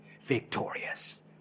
victorious